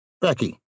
Becky